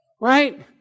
Right